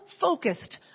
focused